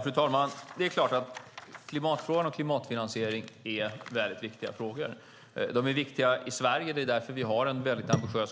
Fru talman! Det är klart att klimatfrågan och klimatfinansiering är väldigt viktiga frågor. De är viktiga i Sverige. Det är därför vi har en